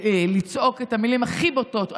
לצעוק את המילים הכי בוטות.